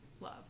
love